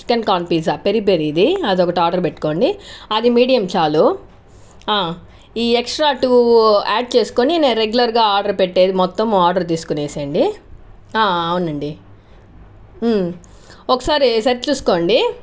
chicken corn pizza peri పెరీది అదొకటి order పెట్టుకోండి అది మీడియం చాలు ఈ ఎక్స్ట్రా టూ యాడ్ చేసుకుని నేను రెగ్యులర్గా ఆర్డర్ పెట్టేది మొత్తం ఆర్డర్ తీసుకుని వేసేయండి అవునండి ఒకసారి సెట్ చూసుకోండి